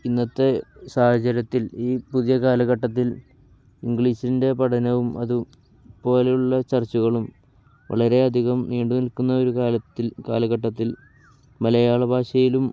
ഇന്നത്തെ സാഹചര്യത്തിൽ ഈ പുതിയ കാലഘട്ടത്തിൽ ഇംഗ്ലീഷിൻ്റെ പഠനവും അതുപോലുള്ള ചർച്ചുകളും വളരെയധികം നീണ്ടുനിൽക്കുന്ന ഒരു കാലത്തിൽ കാലഘട്ടത്തിൽ മലയാള ഭാഷയിലും